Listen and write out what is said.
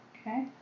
Okay